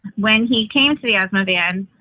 when he came to the asthma van,